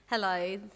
Hello